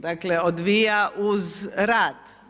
Dakle, odvija uz rad.